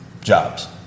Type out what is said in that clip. jobs